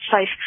safe